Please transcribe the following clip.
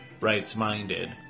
rights-minded